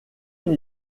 une